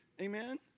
Amen